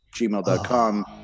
gmail.com